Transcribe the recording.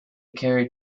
carried